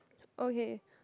okay